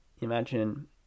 imagine